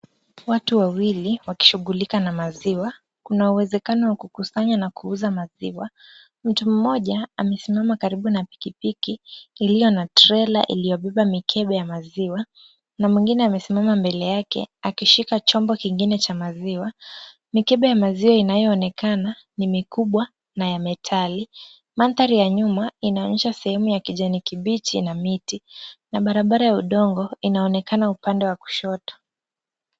Watu wawili wakishughulika na maziwa. Kuna uwezekano wa kukusanya na kuuza maziwa. Mtu mmoja amesimama karibu na pikipiki iliyo na trela iliyobeba mikebe ya maziwa na mwingine amesimama mbele yake akishika chombo kingine cha maziwa. Mikebe ya maziwa inayoonekana ni mikubwa na ya metali. Mandhari ya nyuma inaonyesha sehemu ya kijani kibichi na miti na barabara ya udongo inaonekana upande wa kushoto.